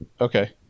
Okay